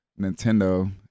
Nintendo